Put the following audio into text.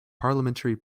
parliamentary